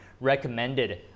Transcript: recommended